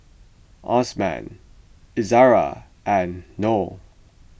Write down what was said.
Osman Izara and Noh